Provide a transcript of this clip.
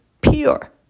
pure